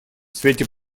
свете